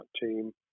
team